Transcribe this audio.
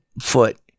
foot